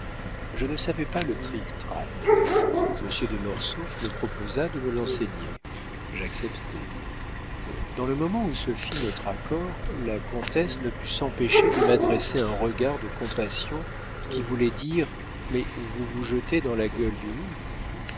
je ne savais pas le trictrac monsieur de mortsauf me proposa de me l'enseigner j'acceptai dans le moment où se fit notre accord la comtesse ne put s'empêcher de m'adresser un regard de compassion qui voulait dire mais vous vous jetez dans la gueule du loup